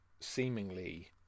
seemingly